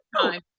time